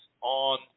on